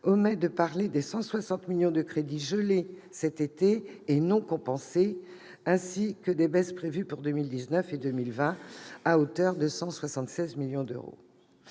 pas mention des 160 millions d'euros de crédits gelés cet été, et non compensés, ainsi que des baisses prévues pour 2019 et 2020, à hauteur de 176 millions d'euros.